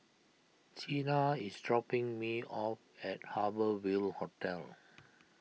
Chynna is dropping me off at Harbour Ville Hotel